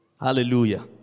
Hallelujah